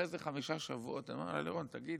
אחרי חמישה שבועות אמרתי לה: לירון, תגידי,